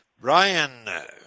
Brian